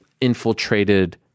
infiltrated